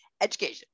education